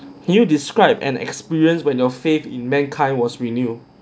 can you describe an experience when your faith in mankind was renewed